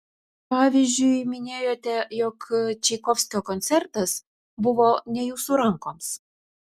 pavyzdžiui minėjote jog čaikovskio koncertas buvo ne jūsų rankoms